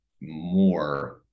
more